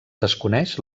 desconeix